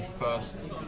first